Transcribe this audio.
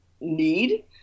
need